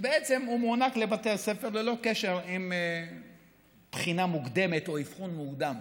שבעצם מוענק לבתי הספר ללא קשר עם בחינה מוקדמת או אבחון מוקדם